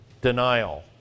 denial